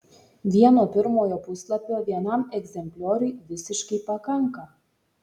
vieno pirmojo puslapio vienam egzemplioriui visiškai pakanka